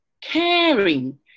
Caring